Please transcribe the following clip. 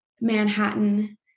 Manhattan